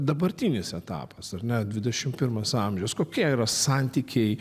dabartinis etapas ar ne dvidešimt pirmas amžiaus kokie yra santykiai